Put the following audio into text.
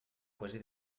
quasi